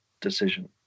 decision